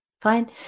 fine